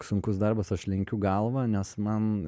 sunkus darbas aš lenkiu galvą nes man